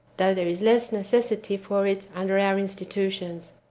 though there is less necessity for it under our institutions.